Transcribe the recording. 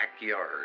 backyard